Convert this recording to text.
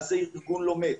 מה זה ארגון לומד,